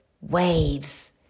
waves